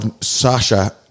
Sasha